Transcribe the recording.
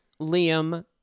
Liam